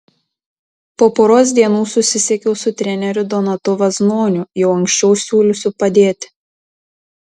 po poros dienų susisiekiau su treneriu donatu vaznoniu jau anksčiau siūliusiu padėti